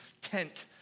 tent